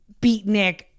beatnik